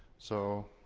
so.